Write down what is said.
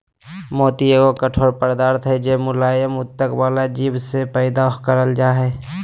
मोती एगो कठोर पदार्थ हय जे मुलायम उत्तक वला जीव से पैदा करल जा हय